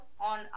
on